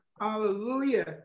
Hallelujah